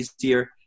easier